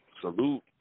Salute